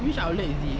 which outlet is this